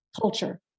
culture